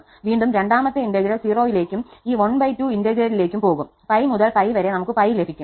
വീണ്ടും രണ്ടാമത്തെ ഇന്റഗ്രൽ 0 ലേക്കും ഈ ½ ഇന്റഗ്രലിലേക്കും പോകും 𝜋 മുതൽ 𝜋 വരെ നമുക്ക് 𝜋 ലഭിക്കും